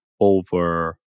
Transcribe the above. over